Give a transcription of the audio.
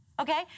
Okay